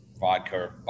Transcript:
vodka